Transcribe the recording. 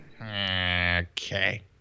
Okay